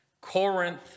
Corinth